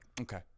okay